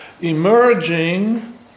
emerging